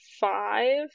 five